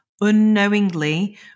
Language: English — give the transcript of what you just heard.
unknowingly